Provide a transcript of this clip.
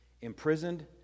imprisoned